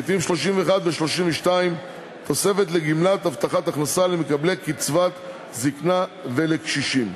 סעיפים 31 ו-32 (תוספת לגמלת הבטחת הכנסה למקבלי קצבת זיקנה ולקשישים).